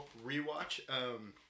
rewatch